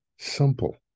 simple